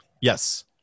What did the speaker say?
Yes